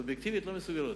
אובייקטיבית לא מסוגלות.